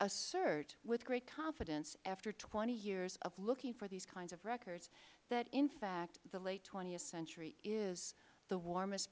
assert with great confidence after twenty years of looking for these kinds of records that in fact the late th century is the warmest